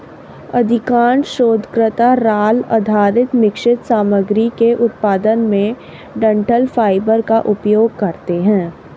अधिकांश शोधकर्ता राल आधारित मिश्रित सामग्री के उत्पादन में डंठल फाइबर का उपयोग करते है